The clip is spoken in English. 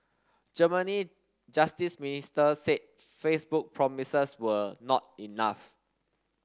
Germany justice minister said Facebook promises were not enough